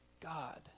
God